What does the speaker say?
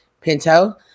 Pinto